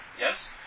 yes